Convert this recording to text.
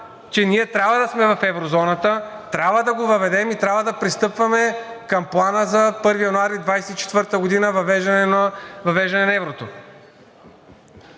че ние трябва да сме в еврозоната, трябва да го въведем и трябва да пристъпваме към Плана за въвеждане на еврото